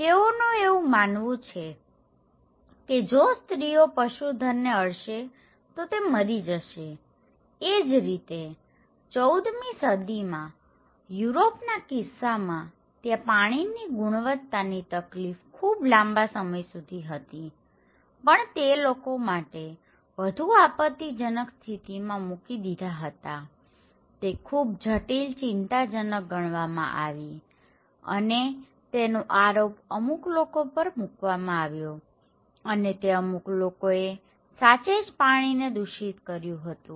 તેઓનું એવું માનવું છે કે જો સ્ત્રીઓ પશુધનને અડશે તો તે મરી જશેએ જ રીતે 14મી સદીમાં યુરોપના કિસ્સામાં ત્યાં પાણીની ગુણવત્તાની તકલીફ ખૂબ લાંબા સમય સુધી હતી પણ તે લોકો માટે વધુ આપત્તિજનક સ્થિતિમાં મૂકી દીધા હતાતે ખૂબ જટિલ ચિંતાજનક ગણવામાં આવી અને તેનો આરોપ અમુક લોકો પર મુકવામાં આવ્યો અને તે અમુક લોકોએ સાચે જ પાણીને દુષિત કર્યું હતું